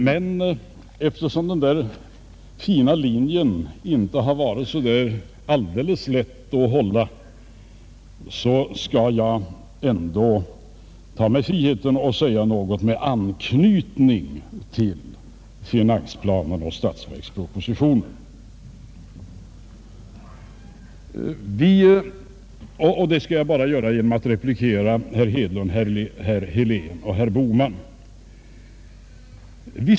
Men eftersom det inte har varit särskilt lätt att hålla den där fina linjen skall jag ta mig friheten att säga något som har anknytning till finansplanen och statsverkspropositionen, och jag gör det genom att replikera herrar Hedlund, Helén och Bohman.